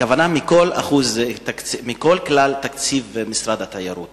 הכוונה מכלל תקציב משרד התיירות